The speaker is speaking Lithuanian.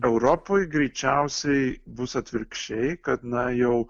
europoj greičiausiai bus atvirkščiai kad na jau